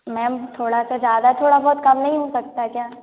ma'am थोड़ा सा ज़्यादा थोड़ा बहुत कम नहीं हो सकता है क्या